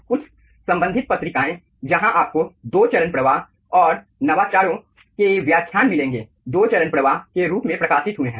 कुछ संबंधित पत्रिकाएँ जहाँ आपको दो चरण प्रवाह और नवाचारों के व्याख्यान मिलेंगे दो चरण प्रवाह के रूप में प्रकाशित हुए है